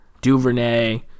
DuVernay